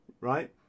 right